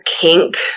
kink